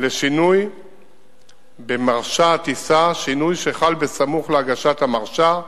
לשינוי במרשה הטיסה, שינוי שחל בסמוך להגשת המרשה,